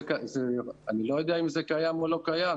אני לא יודע אם זה קיים או לא קיים.